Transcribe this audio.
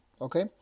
Okay